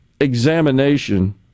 examination